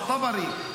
א-טברי,